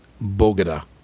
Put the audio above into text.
Bogota